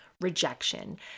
rejection